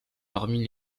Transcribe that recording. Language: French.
parmi